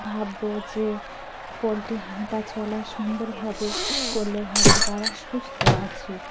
ভাববো যে পোলট্রি হাঁটা চলা সুন্দরভাবে করলে ভাববো তারা সুস্থ আছে